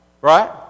Right